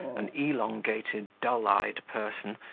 an elongated, dull-eyed person,